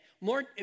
more